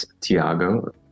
Tiago